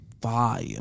fire